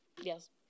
Yes